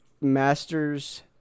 master's